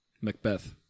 Macbeth